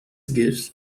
gives